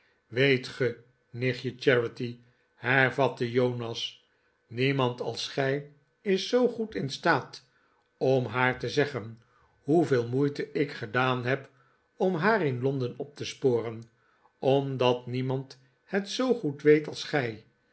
weet ge nichtje charity hervatte jonas r niemand als gij is zoo goed in staat om haar te zeggen hoeveel moeite ik gedaan heb om haar in londen op te sporen omdat niemand het zoo goed weet als gij